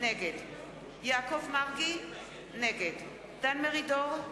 נגד יעקב מרגי, נגד דן מרידור,